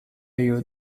you